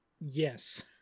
yes